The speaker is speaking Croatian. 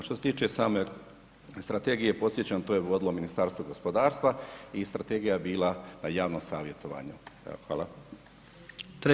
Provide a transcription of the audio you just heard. Što se tiče same strategije podsjećam to je vodilo Ministarstvo gospodarstva i strategija je bila na javnom savjetovanju, evo hvala.